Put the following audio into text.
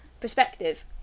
perspective